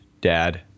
dad